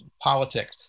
politics